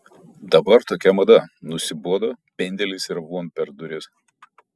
dabar tokia mada nusibodo pendelis ir von per duris